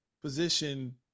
position